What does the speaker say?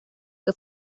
que